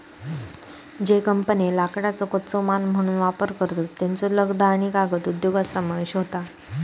ज्ये कंपन्ये लाकडाचो कच्चो माल म्हणून वापर करतत, त्येंचो लगदा आणि कागद उद्योगात समावेश होता